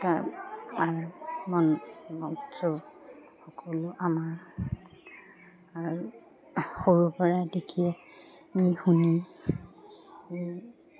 তাৰ মন সকলো আমাৰ সৰুৰপৰা দেখি শুনি